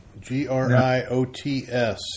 G-R-I-O-T-S